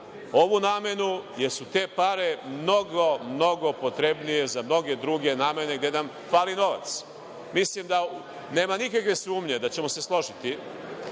ovu namenu, jer su te pare mnogo, mnogo potrebnije za mnoge druge namene gde nam fali novac. Mislim da nema nikakve sumnje da ćemo se složiti